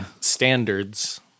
standards